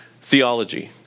theology